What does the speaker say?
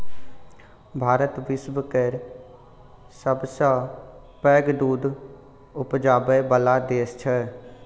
भारत विश्व केर सबसँ पैघ दुध उपजाबै बला देश छै